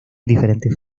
diferentes